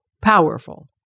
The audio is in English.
powerful